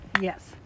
Yes